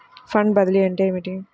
Fund బదిలీ అంటే ఏమిటి?